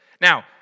Now